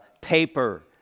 paper